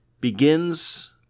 begins